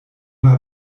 mal